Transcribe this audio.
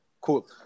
Cool